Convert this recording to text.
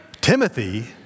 Timothy